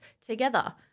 together